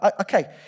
okay